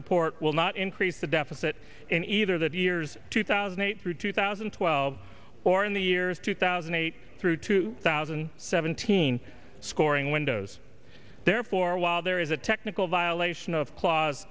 report will not increase the deficit in either the of years two thousand and eight through two thousand and twelve or in the years two thousand and eight through two thousand and seventeen scoring windows therefore while there is a technical violation of cla